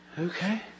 Okay